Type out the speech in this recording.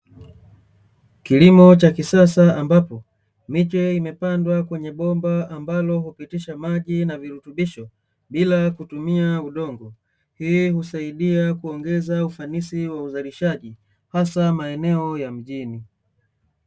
Kilimo cha kisasa ambapo miche imepandwa kwenye bomba ambalo hupitisha maji na virutubisho bila kutumia udongo, hii usaidia kuongeza ufanisi wa uzalishaji hasa maeneo ya mjini.